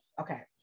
Okay